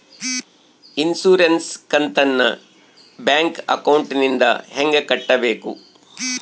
Insurance ಕಂತನ್ನ bank ಅಕೌಂಟಿಂದ ಹೆಂಗ ಕಟ್ಟಬೇಕು?